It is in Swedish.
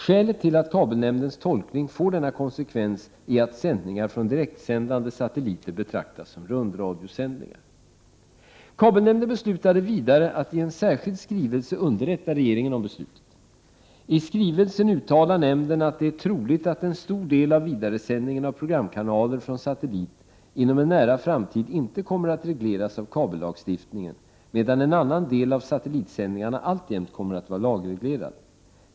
Skälet till att kabelnämndens tolkning får denna konsekvens är att sändningar från direktsändande satelliter betraktas som rundradiosändningar. Kabelnämnden beslutade vidare att i en särskild skrivelse underrätta regeringen om beslutet. I skrivelsen uttalar nämnden att det är troligt att en stor del av vidaresändningen av programkanaler från satellit inom en nära framtid inte kommer att regleras av kabellagstiftningen medan en annan del av satellitsändningarna alltjämt kommer att vara lagreglerad.